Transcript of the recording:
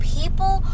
people